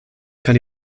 kann